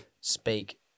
speak